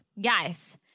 Guys